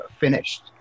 finished